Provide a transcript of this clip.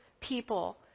people